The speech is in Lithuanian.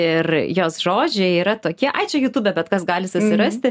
ir jos žodžiai yra tokie ačiū jutube bet kas gali susirasti